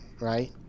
right